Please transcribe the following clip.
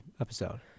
episode